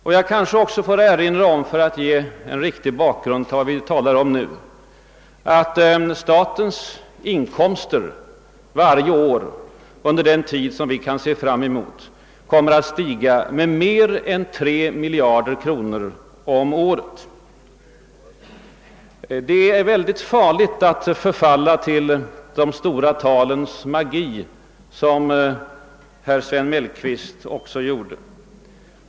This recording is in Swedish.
För att ge en liten bakgrund till diskussionen får jag kanske också erinra om att statens inkomster under den tid, som vi kan se fram mot, kommer att öka med mer än tre miljarder varje år. Det är mycket farligt att falla för de stora talens magi, som herr Mellqvist också gjorde.